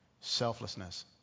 Selflessness